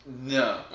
no